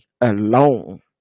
alone